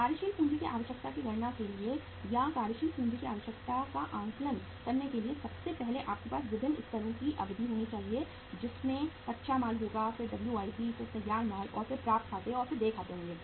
कार्यशील पूंजी की आवश्यकता की गणना के लिए या कार्यशील पूंजी की आवश्यकता का आकलन करने के लिए सबसे पहले आपके पास विभिन्न स्तरों की अवधि होनी चाहिए जिसमें कच्चा माल होगा फिर WIP फिर तैयार माल और फिर प्राप्त खाते और देय खाते होंगे